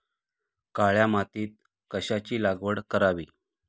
काळ्या मातीत कशाची लागवड करावी?